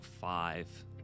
five